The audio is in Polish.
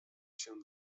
się